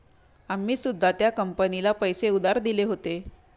आम्ही सुद्धा त्या कंपनीला पैसे उधार दिले होते